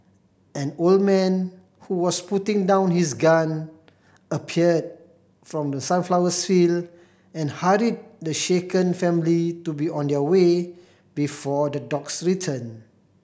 an old man who was putting down his gun appeared from the sunflowers field and hurried the shaken family to be on their way before the dogs return